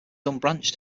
unbranched